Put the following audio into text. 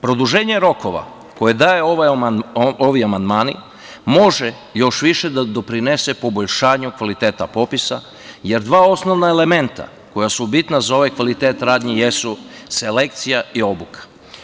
Produženje rokova koje daju ovi amandmani može još više da doprinese poboljšanju kvaliteta popisa, jer dva osnovna elementa koja su bitna za ovaj kvalitet radnji jesu selekcija i obuka.